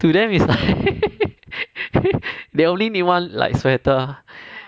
to them is like they only need one like sweater